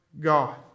God